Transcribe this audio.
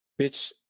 bitch